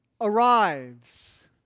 arrives